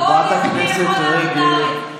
למה מספסרים בעלייה של יהודים לארץ?